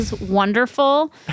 wonderful